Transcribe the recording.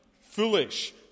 foolish